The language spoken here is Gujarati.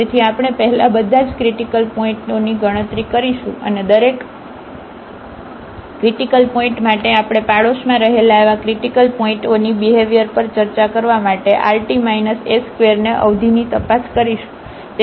તેથી આપણે પહેલા બધા જ ક્રિટીકલ પોઇન્ટઓની ગણતરી કરીશું અને દરેક ક્રિટીકલ પોઇન્ટ માટે આપણે પાડોશમાં રહેલા એવા ક્રિટીકલ પોઇન્ટઓની બિહેવ્યર પર ચર્ચા કરવા માટે rt s2અવધિની તપાસ કરીશું